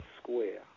square